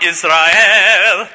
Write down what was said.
Israel